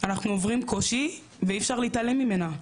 אנחנו עוברים קושי ואי אפשר להתעלם ממנו,